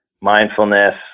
mindfulness